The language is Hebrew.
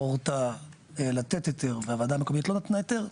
הורתה לתת היתר והוועדה המקומית לא נתנה היתר,